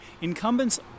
Incumbents